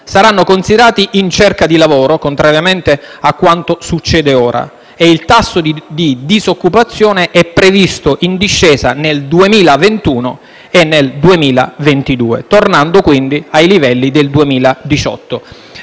saranno considerati in cerca di lavoro, contrariamente a quanto succede ora, e il tasso di disoccupazione è previsto in discesa nel 2021 e nel 2022, tornando quindi ai livelli del 2018.